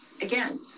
again